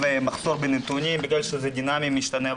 מחסור בנתונים בגלל שזה דינמי משתנה.